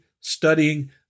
studying